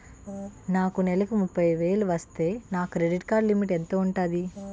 నాకు నెలకు ముప్పై వేలు వస్తే నా క్రెడిట్ కార్డ్ లిమిట్ ఎంత ఉంటాది?